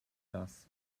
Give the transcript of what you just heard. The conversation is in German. das